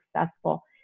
successful